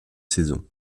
saison